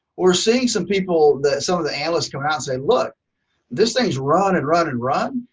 we're seeing some people that some of the analysts around say, look this thing is run and run and run,